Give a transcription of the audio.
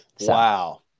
Wow